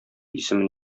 исемен